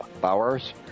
Bowers